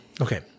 Okay